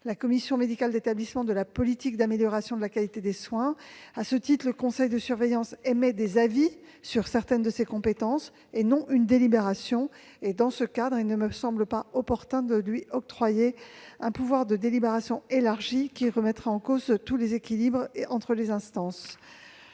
la commission médicale d'établissement de la politique d'amélioration de la qualité des soins. À ce titre, le conseil de surveillance émet des avis sur certaines de ces compétences, et non pas une délibération. Dans ce cadre, il ne me semble pas opportun de lui octroyer un pouvoir de délibération élargi, qui remettrait en cause tous les équilibres entre les instances.